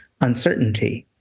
uncertainty